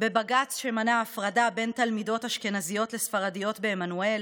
בבג"ץ שמנע הפרדה בין תלמידות אשכנזיות לספרדיות בעמנואל,